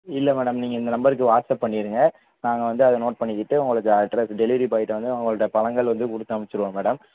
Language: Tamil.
இல்லை மேடம் நீங்கள் இந்த நம்பருக்கு வாட்ஸ் அப் பண்ணிருங்க நாங்கள் வந்து அதை நோட் பண்ணிக்கிட்டு உங்களுக்கு அட்ரெஸ் டெலிவரி பாய்கிட்ட வந்து அவங்கள்கிட்ட பழங்கள் வந்து கொடுத்தனுப்பிச்சிருவோம் மேடம்